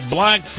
Black